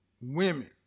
Women